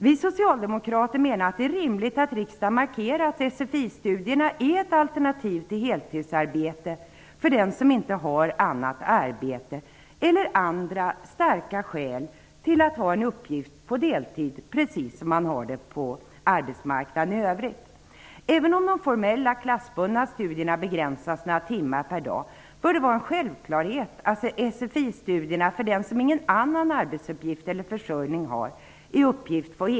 Vi socialdemokrater menar att det är rimligt att riksdagen markerar att sfi-studierna är ett alternativ till heltidsarbete för den som inte har annat arbete eller andra starka skäl för att ha en uppgift på deltid, precis som man har det på arbetsmarknaden i övrigt. Även om de formella, klassbundna studierna begränsas till några timmar per dag bör det vara en självklarhet att sfi-studierna är en heltidsuppgift för den som inte har någon annan arbetsuppgift eller försörjning.